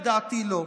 לדעתי לא.